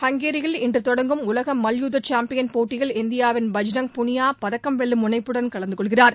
ஹங்கேரியில் இன்று தொடங்கும் உலக மல்யுத்த சாம்பியன் போட்டியில் இந்தியாவின் பஜ்ரங் புனியா பதக்கம் வெல்லும் முனைப்புடன் கலந்து கொள்கிறார்